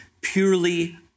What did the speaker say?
purely